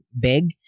big